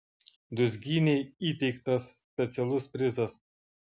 dūzgynei įteiktas specialus prizas